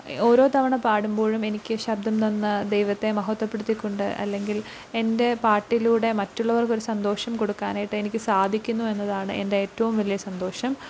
ഓരോ തവണ പാടുമ്പോഴും എനിക്ക് ശബ്ദം തന്ന ദൈവത്തെ മഹത്ത്വപ്പെടുത്തിക്കൊണ്ട് അല്ലെങ്കിൽ എന്റെ പാട്ടിലൂടെ മറ്റുള്ളവർക്കൊരു സന്തോഷം കൊടുക്കാനായിട്ടെനിക്ക് സാധിക്കുന്നുവെന്നതാണ് എന്റെ ഏറ്റവും വലിയ സന്തോഷം